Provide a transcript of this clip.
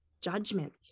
judgment